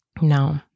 No